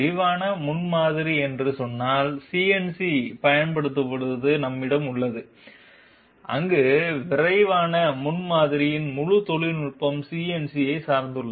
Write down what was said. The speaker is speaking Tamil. விரைவான முன்மாதிரி என்று சொன்னால் CNC பயன்படுத்தப்படுவது நம்மிடம் உள்ளது அங்கு விரைவான முன்மாதிரியின் முழு தொழில்நுட்பமும் CNC யை சார்ந்துள்ளது